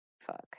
Fuck